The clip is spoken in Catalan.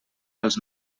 els